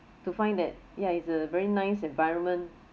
to find that ya it's a very nice environment